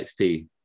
XP